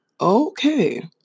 Okay